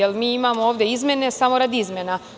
Da li mi imamo ovde izmene samo radi izmena?